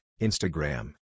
Instagram